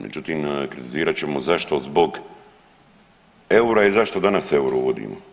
Međutim kritizirat ćemo zašto zbog eura i zašto danas euro uvodimo.